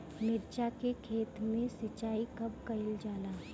मिर्चा के खेत में सिचाई कब कइल जाला?